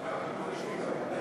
ירקות), התשע"ג 2013,